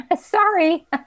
Sorry